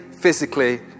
physically